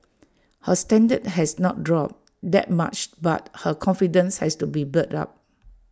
her standard has not dropped that much but her confidence has to be built up